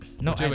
No